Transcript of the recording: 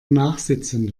nachsitzen